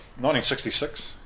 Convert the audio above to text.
1966